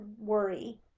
worry